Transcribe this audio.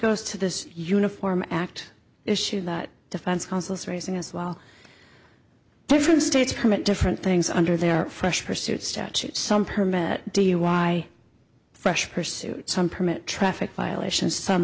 goes to this uniform act issue that defense counsel is raising as well different states permit different things under there are fresh pursuit statutes some permit do you why fresh pursuit some permit traffic violations some